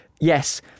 yes